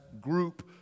group